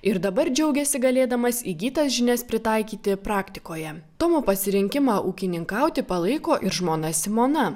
ir dabar džiaugiasi galėdamas įgytas žinias pritaikyti praktikoje tomo pasirinkimą ūkininkauti palaiko ir žmona simona